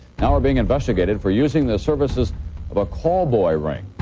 now are being investigated for using the services of a call boy ring.